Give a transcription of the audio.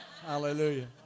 Hallelujah